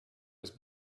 his